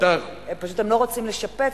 פשוט הם לא רוצים לשפץ,